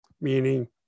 meaning